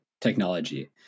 technology